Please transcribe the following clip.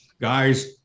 guys